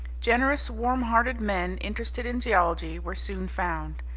generous, warm-hearted men, interested in geology, were soon found.